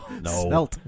no